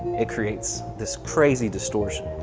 it creates this crazy distortion.